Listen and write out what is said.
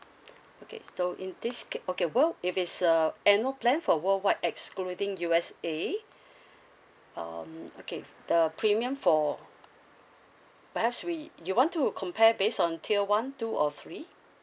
okay so in this ca~ okay well if it's a annual plan for worldwide excluding U_S_A um okay the premium for perhaps we you want to compare based on tier one two or three